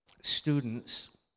students